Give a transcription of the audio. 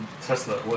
Tesla